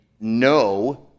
no